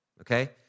Okay